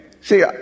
See